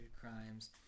crimes